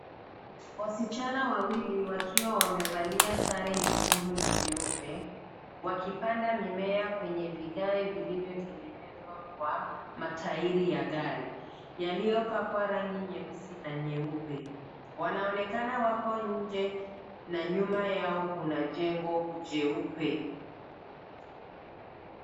Wasichana wawili wakiwa wamevalia sare nyekundu na nyeupe wakipanda mimea kwenye vigae vilivyotengenezwa kwa matairi ya gari, yaliyopakwa rangi nyeusi na nyeupe. Wanaonekana wako nje na nyuma yao kuna jengo jeupe.